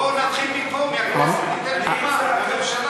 בוא נתחיל מפה, מהכנסת, מהממשלה.